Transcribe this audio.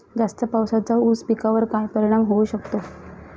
जास्त पावसाचा ऊस पिकावर काय परिणाम होऊ शकतो?